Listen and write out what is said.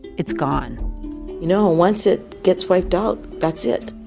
it's gone you know, once it gets wiped out, that's it